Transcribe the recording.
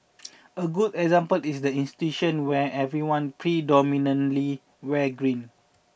a good example is the institution where everyone predominantly wears green